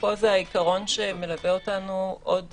פה זה העיקרון שמלווה אותנו עוד